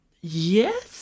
Yes